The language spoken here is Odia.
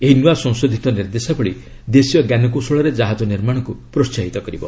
ଏହି ନୂଆ ସଂଶୋଧିତ ନିର୍ଦ୍ଦେଶାବଳୀ ଦେଶୀୟ ଜ୍ଞାନକୌଶଳରେ ଜାହାଜ ନିର୍ମାଶକୁ ପ୍ରୋହାହିତ କରିବ